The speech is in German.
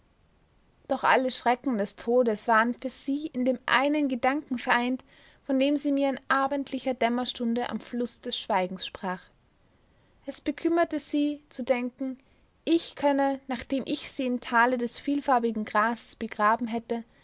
doch alle schrecken des todes waren für sie in dem einen gedanken vereint von dem sie mir in abendlicher dämmerstunde am fluß des schweigens sprach es bekümmerte sie zu denken ich könne nachdem ich sie im tale des vielfarbigen grases begraben hätte